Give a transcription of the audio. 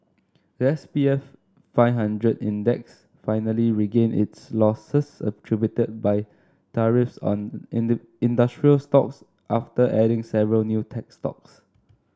the S P F five hundred Index finally regained its losses attributed by tariffs on industrial stocks after adding several new tech stocks